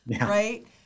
right